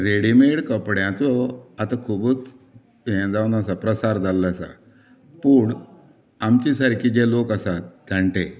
readymade कपड्यांचो आतां खुबूच हें जावन आसा प्रसार जाल्लो आसा पूण आमचे सारके जे लोक आसा जाण्टे